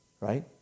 right